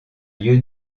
lieu